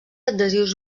adhesius